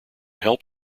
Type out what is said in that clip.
help